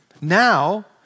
Now